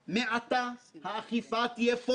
אלא אם יהיו נסיבות מיוחדות מאוד